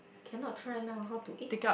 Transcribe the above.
cannot try now how to eh